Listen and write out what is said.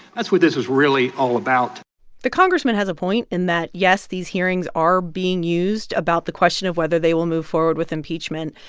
that's what this was really all about the congressman has a point in that, yes, these hearings are being used about the question of whether they will move forward with impeachment.